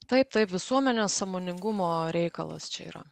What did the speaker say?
taip taip visuomenės sąmoningumo reikalas čia yra